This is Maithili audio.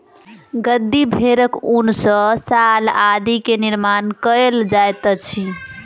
गद्दी भेड़क ऊन सॅ शाल आदि के निर्माण कयल जाइत अछि